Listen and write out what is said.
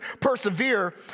persevere